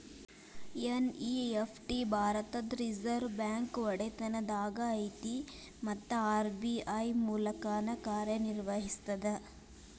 NEFT ಭಾರತದ್ Reserve Bank ಒಡೆತನದಾಗ ಐತಿ ಮತ್ತ ಆರ್.ಬಿ.ಐ ಮೂಲಕನ ಕಾರ್ಯನಿರ್ವಹಿಸ್ತದ